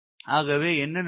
ஆகவே என்ன நடக்கும்